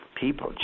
people